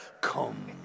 Come